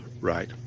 right